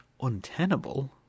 untenable